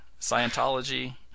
Scientology